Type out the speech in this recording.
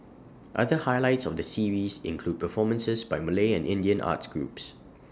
other highlights of the series include performances by Malay and Indian arts groups